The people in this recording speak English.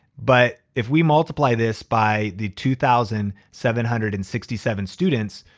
but if we multiply this by the two thousand seven hundred and sixty seven students,